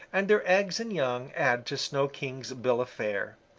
and their eggs and young add to snow king's bill of fare.